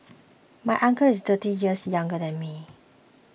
my uncle is thirty years younger than me